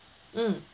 mm